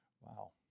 Wow